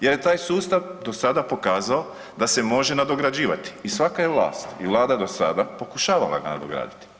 Jer je taj sustav do sada pokazao da se može nadograđivati i svaka je vlast i vlada do sada pokušavala ga nadograditi.